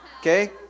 okay